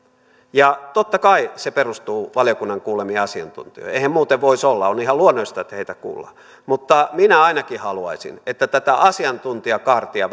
ja totta kai se perustuu valiokunnan kuulemiin asiantuntijoihin eihän muuten voisi olla on ihan luonnollista että heitä kuullaan mutta minä ainakin haluaisin että tätä asiantuntijakaartia